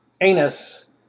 Anus